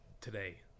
today